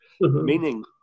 meaning